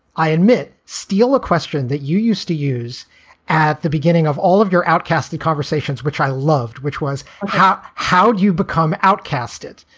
i admit, steal a question that you used to use at the beginning of all of your outcasted conversations, which i loved, which was how how do you become outcasted?